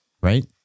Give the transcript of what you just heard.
right